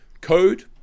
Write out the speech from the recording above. code